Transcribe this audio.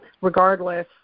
regardless